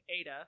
Ada